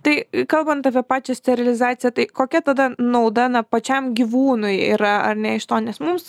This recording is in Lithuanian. tai kalbant apie pačią sterilizaciją tai kokia tada nauda pačiam na gyvūnui yra ar ne iš to nes mums